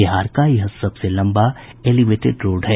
बिहार का यह सबसे लंबा एलिवेटेड रोड है